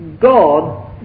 God